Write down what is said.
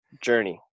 journey